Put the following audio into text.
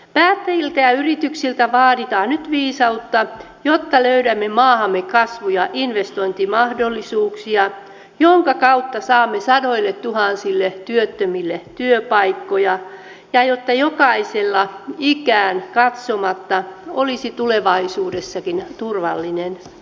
päättäjiltä ja yrityksiltä vaaditaan nyt viisautta jotta löydämme maahamme kasvu ja investointimahdollisuuksia joiden kautta saamme sadoilletuhansille työttömille työpaikkoja ja jotta jokaisella ikään katsomatta olisi tulevaisuudessakin turvallinen elämä